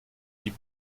die